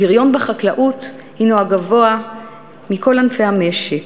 הפריון בחקלאות הנו הגבוה מכל ענפי המשק,